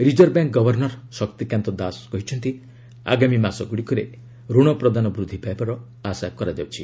reserve Bank governor Shaktikanta Das କହିଛନ୍ତି ଆଗାମୀ ମାସଗୁଡ଼ିକରେ ଋଣ ପ୍ରଦାନ ବୃଦ୍ଧି ପାଇବାର ଆଶା କରାଯାଉଛି